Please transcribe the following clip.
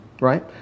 right